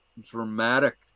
dramatic